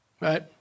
Right